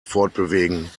fortbewegen